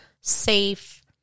safe